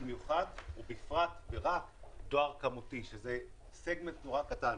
במיוחד ובפרט ורק דואר כמותי, שזה סגמנט נורא קטן.